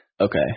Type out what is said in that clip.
Okay